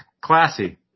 Classy